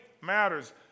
matters